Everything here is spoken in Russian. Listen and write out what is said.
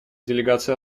делегация